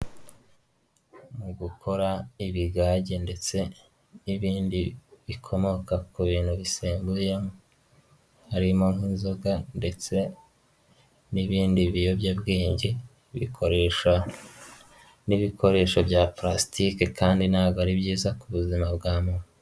Mu gukora ibigage ndetse n'ibindi bikomoka ku bintu bisembuye, harimo nk'inzoga ndetse n'ibindi biyobyabwenge bikoresha n'ibikoresho bya purasitike kandi ntago ari byiza ku buzima bwa muntu.